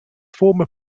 former